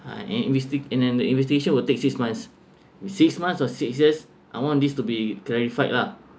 uh and investi~ and then the investigation will take six months six months or six years I want this to be clarified lah